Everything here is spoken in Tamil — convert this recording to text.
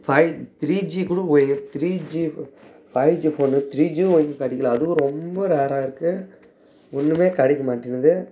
ஃபைவ் த்ரீ ஜிகூட ஒய் three G five G phone three ஜியும் ஒழுங்கா கிடைக்கல அதுவும் ரொம்ப ரேராக இருக்குது ஒன்றுமே கிடைக்கமாட்டின்து